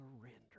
surrender